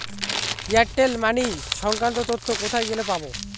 Airtel money সংক্রান্ত তথ্য কোথায় গেলে পাব?